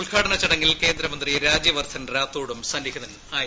ഉദ്ഘാടന ചടങ്ങിൽ കേന്ദ്ര മന്ത്രി രാജ്യവർദ്ധൻ രാത്തോഡും സന്നിഹിതനായിരുന്നു